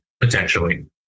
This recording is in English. potentially